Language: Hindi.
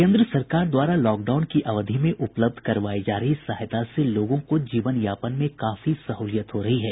केन्द्र सरकार द्वारा लॉकडाउन की अवधि में उपलब्ध करवायी जा रही सहायता से लोगों को जीवन यापन में काफी सह्लियत हो रही है